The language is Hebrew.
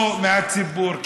לא מהציבור.